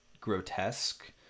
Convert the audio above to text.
grotesque